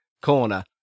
corner